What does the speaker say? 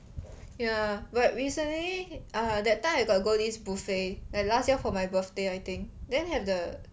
ya but recently err that time I got go this buffet like last year for my birthday I think then have the